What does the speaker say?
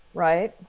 right.